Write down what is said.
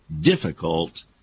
difficult